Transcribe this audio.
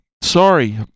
Sorry